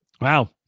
Wow